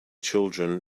children